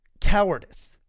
cowardice